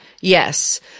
Yes